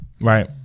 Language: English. Right